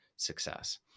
success